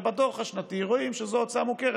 ובדוח השנתי רואים שזאת הוצאה מוכרת,